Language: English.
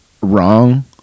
wrong